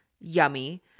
Yummy